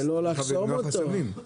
ולא לחסום אותו,